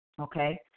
Okay